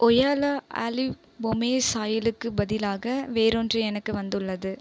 voila olive pomace ஆயிலுக்குப் பதிலாக வேறொன்று எனக்கு வந்துள்ளது